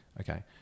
okay